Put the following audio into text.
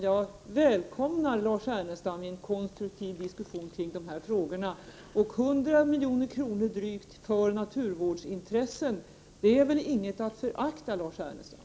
Jag välkomnar dock Lars Ernestam till en konstruktiv diskussion kring dessa frågor. Drygt 100 milj kr. för naturvårdsintressen är väl inget att förakta, Lars Ernestam.